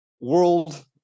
world –